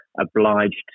obliged